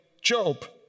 Job